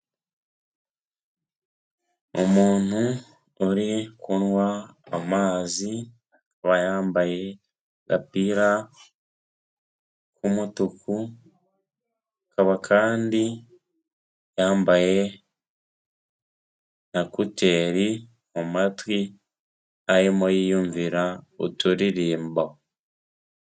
Umuntu uri kunwa amazi. Akaba yambaye agapira k'umutuku. Akaba kandi yambaye na kuteri mu matwi arimo yiyumvira uturirimbo.